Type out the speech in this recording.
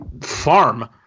farm